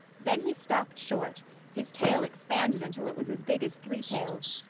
then he stopped short his tail expanded until it was as big as three tails.